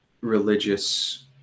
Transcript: religious